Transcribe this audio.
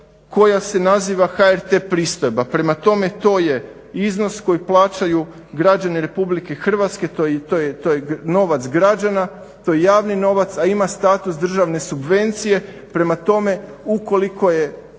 koja se naziva HRT pristojba. Prema tome, to je iznos koji plaćaju građani Republike Hrvatske, to je novac građana, to je javni novac, a ima status državne subvencije. Prema tome, ukoliko je